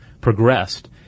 progressed